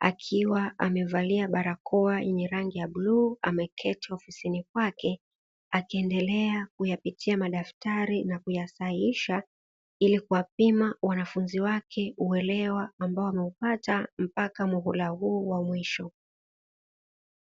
akiwa amevalia barakoa yenye rangi ya bluu, ameketi ofisini kwake akiendelea kuyapitia madaftari na kuyasahihisha ili kuwapima wanafunzi wake uelewa ambao ameupata mpaka muhula huu wa mwisho.